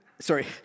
sorry